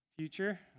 future